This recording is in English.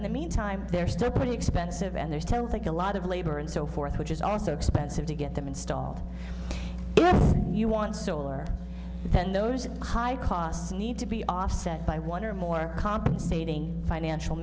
in the meantime they're still pretty expensive and there's ten take a lot of labor and so forth which is also expensive to get them installed if you want solar then those high costs need to be offset by one or more compensating financial